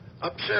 upset